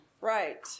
right